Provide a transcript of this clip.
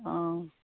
অঁ